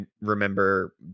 remember